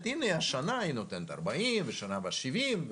הנה השנה היא נותנת 40 ושנה הבאה 70,